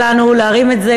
חברי חברי הכנסת,